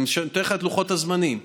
אני נותן לך את לוחות הזמנים.